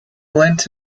lent